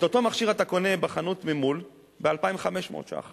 את אותו מכשיר אתה קונה בחנות ממול ב-2,500 ש"ח.